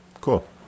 cool